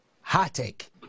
heartache